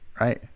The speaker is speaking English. Right